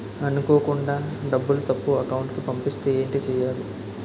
అనుకోకుండా డబ్బులు తప్పు అకౌంట్ కి పంపిస్తే ఏంటి చెయ్యాలి?